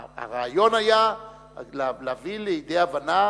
הרעיון היה להביא את הציבור בישראל לידי הבנה